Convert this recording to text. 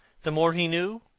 the more he knew,